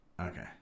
Okay